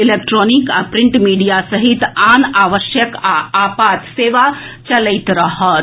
electronic आ print media सहित आन आवश्यक आ आपात सेवा चलैत रहत